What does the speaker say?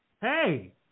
Hey